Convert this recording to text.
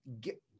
get